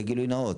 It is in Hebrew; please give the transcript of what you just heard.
בגלוי נאות,